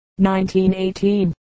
1918